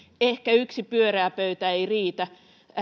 ehkä yksi pyöreä pöytä ei riitä